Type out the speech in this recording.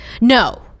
No